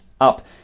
up